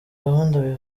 gahunda